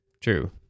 True